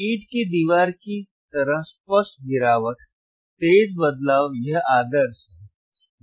ईंट की दीवार की तरह स्पष्ट गिरावट तेज बदलाव यह आदर्श है